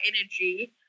energy